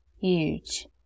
huge